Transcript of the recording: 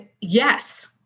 Yes